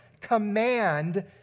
command